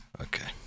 Okay